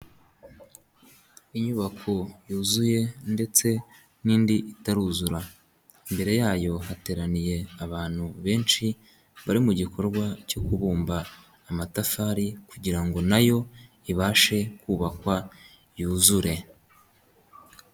Inyubako yuzuye ndetse n'indi itaruzura, mbere yayo hateraniye abantu benshi bari mu gikorwa cyo kubumba amatafari kugira ngo nayo ibashe kubakwa yuzure.